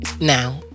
Now